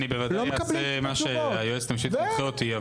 כמובן אעשה מה שהיועצת המשפטית תנחה אותי,